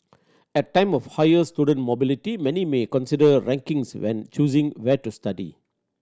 at time of higher student mobility many may consider rankings when choosing where to study